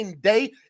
day